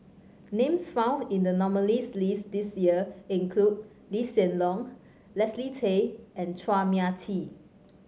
names found in the nominees' list this year include Lee Hsien Loong Leslie Tay and Chua Mia Tee